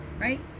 right